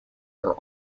their